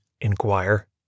inquire